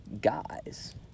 guys